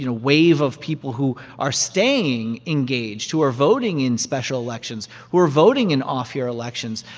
you know wave of people who are staying engaged, who are voting in special elections, who are voting in off-year elections,